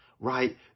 right